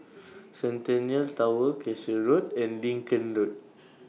Centennial Tower Cashew Road and Lincoln Road